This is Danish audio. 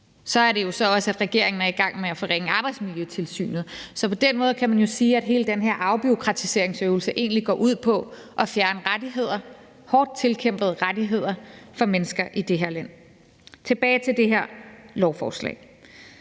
Så er det jo også sådan, at regeringen er i gang med at forringe Arbejdstilsynet. Så på den måde kan man jo sige, at hele den her afbureaukratiseringsøvelse egentlig går ud på at fjerne hårdt tilkæmpede rettigheder for mennesker i det her land. Nu vil jeg komme tilbage til det her lovforslag.